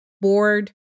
board